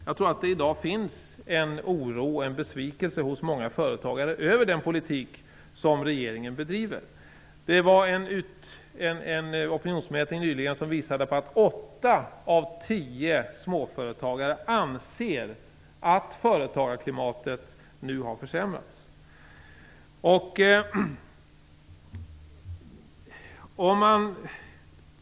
Jag tror att det i dag finns en oro och en besvikelse hos många företagare över den politik som regeringen bedriver. Det gjordes nyligen en opinionsmätning som visar att åtta av tio småföretagare anser att företagarklimatet nu har försämrats.